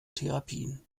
therapien